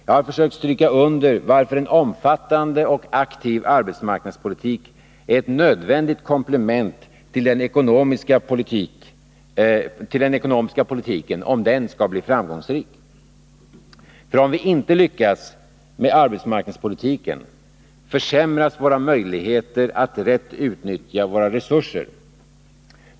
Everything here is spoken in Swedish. Jag har försökt stryka under varför en omfattande och aktiv arbetsmarknadspolitik är ett nödvändigt komplement till den ekonomiska politiken, om den skall bli framgångsrik. För om vi inte lyckas med arbetsmarknadspolitiken försämras våra möjligheter att rätt utnyttja våra resurser.